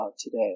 today